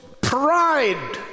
pride